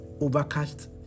Overcast